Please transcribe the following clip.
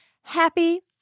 Happy